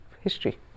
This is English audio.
history